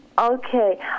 Okay